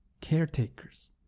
caretakers